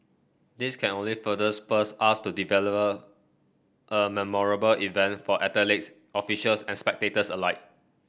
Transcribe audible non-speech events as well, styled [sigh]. this can only further spurs us to [unintelligible] a memorable event for athletes officials and spectators alike